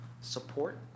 support